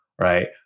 right